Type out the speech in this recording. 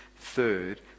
Third